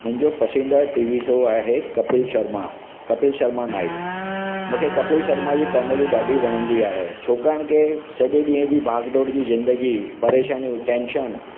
मुंहिंजो पसंदीदार TV show आहे कपिल शर्मा कपिल शर्मा नाइट मूंखे कपिल शर्मा जी कॉमेडी ॾाढी वणंदी आहे छाकाणि के सॼे ॾींहं जी भाग दौड़ जी ज़िंदगी परेशानियूं टेंशन